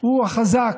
הוא החזק,